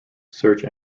search